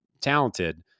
talented